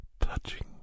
touching